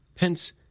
Hence